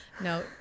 No